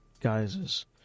guises